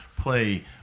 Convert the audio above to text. play